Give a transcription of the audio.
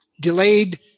delayed